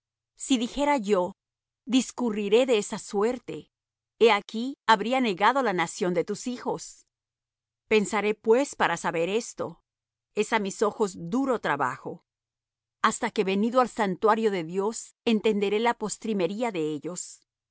si dijera yo discurriré de esa suerte he aquí habría negado la nación de tus hijos pensaré pues para saber esto es á mis ojos duro trabajo hasta que venido al santuario de dios entenderé la postrimería de ellos